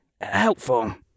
helpful